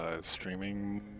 streaming